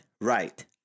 right